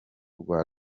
rwa